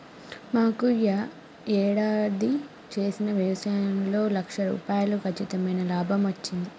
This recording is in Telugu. మాకు యీ యేడాది చేసిన యవసాయంలో లక్ష రూపాయలు కచ్చితమైన లాభమచ్చింది